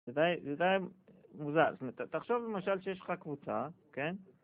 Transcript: זה די מוזר, זאת אומרת תחשוב למשל שיש לך קבוצה, כן?